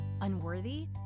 unworthy